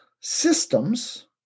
systems